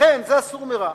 ולכן זה ה "סור מרע".